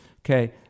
Okay